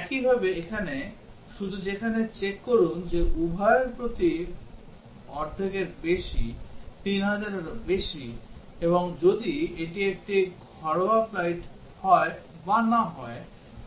একইভাবে এখানে শুধু এখানে চেক করুন যে এটি উভয় প্রতি অর্ধেকের বেশি 3000 এরও বেশি এবং যদি এটি একটি ঘরোয়া ফ্লাইট হয় বা না হয়